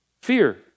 Fear